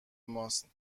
ماست